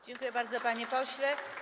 Dziękuję bardzo, panie pośle.